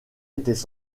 étaient